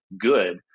good